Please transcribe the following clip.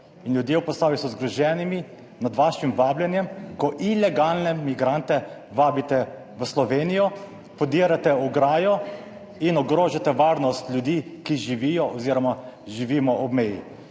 in ljudje v Posavju so zgroženi nad vašim vabljenjem, ko ilegalne migrante vabite v Slovenijo, podirate ograjo in ogrožate varnost ljudi, ki živijo oziroma živimo ob meji.